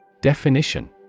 Definition